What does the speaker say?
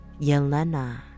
Yelena